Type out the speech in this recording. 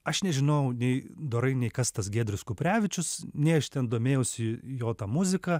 aš nežinau nei dorai nei kas tas giedrius kuprevičius nei aš ten domėjausi jo ta muzika